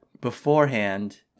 beforehand